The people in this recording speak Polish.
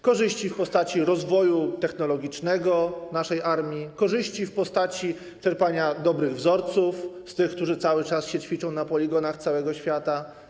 Korzyści w postaci rozwoju technologicznego naszej armii, korzyści w postaci czerpania dobrych wzorców z tych, którzy cały czas ćwiczą na poligonach całego świata.